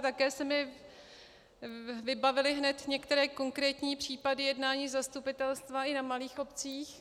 Také se mi vybavily hned některé konkrétní případy jednání zastupitelstva i na malých obcích.